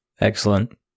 Excellent